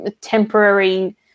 temporary